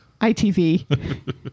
itv